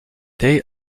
they